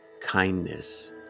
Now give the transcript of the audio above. kindness